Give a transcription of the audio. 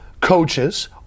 coaches